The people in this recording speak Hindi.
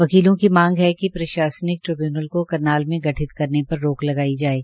वकीलों की मांग है कि प्रशासनिक ट्रिब्यूनल को करनाल में गठित करने पर रोक लगाई जाये